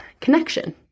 connection